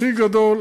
הכי גדול,